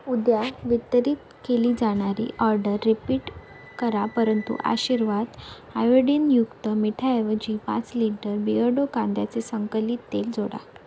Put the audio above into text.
उद्या वितरित केली जाणारी ऑर्डर रिपीट करा परंतु आशीर्वाद आयोडिनयुक्त मिठाऐवजी पाच लिटर बिअर्डो कांद्याचे संकलित तेल जोडा